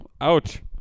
Ouch